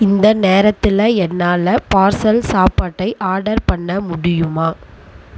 இந்த நேரத்தில் என்னால் பார்சல் சாப்பாட்டை ஆர்டர் பண்ண முடியுமா